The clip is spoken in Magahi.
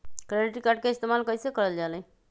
क्रेडिट कार्ड के इस्तेमाल कईसे करल जा लई?